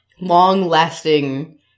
long-lasting